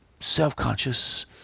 self-conscious